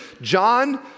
John